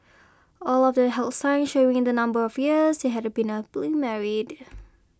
all of them held signs showing the number of years they had been married